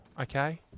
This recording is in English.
okay